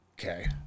okay